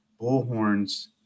bullhorns